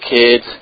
kids